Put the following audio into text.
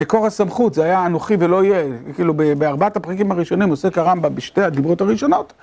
מקור הסמכות זה היה אנוכי ולא יהיה, כאילו בארבעת הפרקים הראשונים עוסק הרמב"מ בשתי הדברות הראשונות.